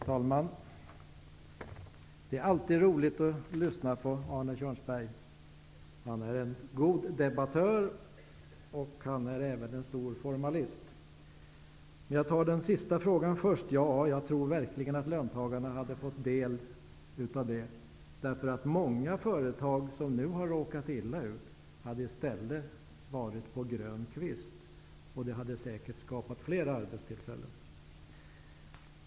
Herr talman! Det är alltid roligt att lyssna på Arne Kjörnsberg. Han är en god debattör, och han är även en stor formalist. Jag tar upp den sista frågan först. Ja, jag tror verkligen att löntagarna hade fått del av detta. Många företag som nu har råkat illa ut hade i stället varit på grön kvist, och det hade säkert skapat fler arbetstillfällen.